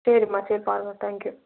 சரிம்மா சரி பாருங்கள் தேங்க்யூ